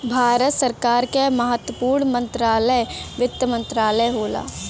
भारत सरकार क महत्वपूर्ण मंत्रालय वित्त मंत्रालय होला